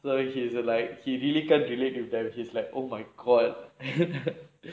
so actually he's like he really can't relate with them he is like oh my god